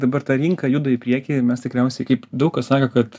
dabar ta rinka juda į priekį mes tikriausiai kaip daug kas saka kad